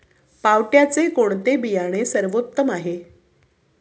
पावट्याचे कोणते बियाणे सर्वोत्तम आहे?